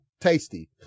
Tasty